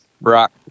Brock